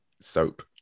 Soap